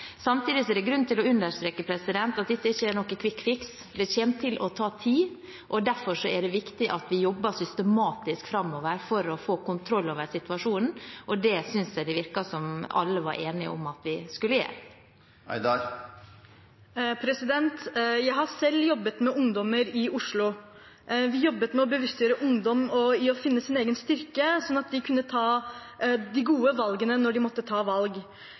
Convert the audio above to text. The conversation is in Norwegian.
Samtidig er det grunn til å understreke at dette ikke er noen «quick fix». Det kommer til å ta tid, og derfor er det viktig at vi jobber systematisk framover for å få kontroll over situasjonen, og det synes jeg det virket som om alle var enige om at vi skulle gjøre. Jeg har selv jobbet med ungdommer i Oslo. Vi jobbet med å bevisstgjøre ungdom i å finne sin egen styrke, slik at de kunne ta de gode valgene når de måtte ta valg.